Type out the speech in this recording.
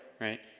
right